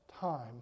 time